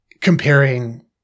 comparing